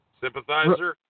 Sympathizer